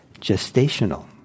gestational